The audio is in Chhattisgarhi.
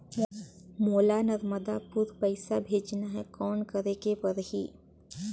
मोला नर्मदापुर पइसा भेजना हैं, कौन करेके परही?